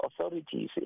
authorities